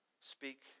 Speak